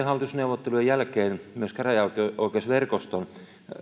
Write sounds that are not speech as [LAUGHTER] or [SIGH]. [UNINTELLIGIBLE] hallitusneuvottelujen jälkeen myös käräjäoikeusverkoston